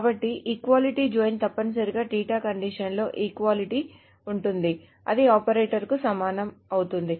కాబట్టి equality join తప్పనిసరిగా condition లో ఈక్వాలిటీ ఉంటుంది అది ఆపరేటర్కు సమానం అవుతుంది